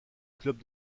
club